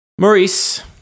Maurice